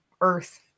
earth